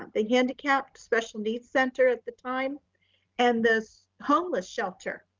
um the handicapped special needs center at the time and this homeless shelter.